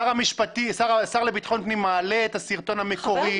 השר לביטחון פנים מעלה את הסרטון המקורי.